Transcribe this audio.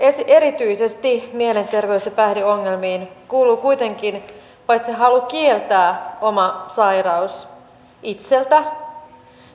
erityisesti mielenterveys ja päihdeongelmiin kuuluu kuitenkin halu kieltää oma sairaus paitsi itseltä